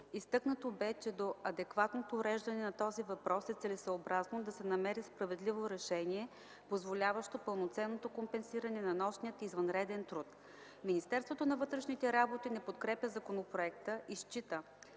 Изтъкнато бе, че до адекватното уреждане на този въпрос е целесъобразно да се намери справедливо решение, позволяващо пълноценното компенсиране на нощния и извънредния труд. Министерството на вътрешните работи не подкрепя законопроекта и счита,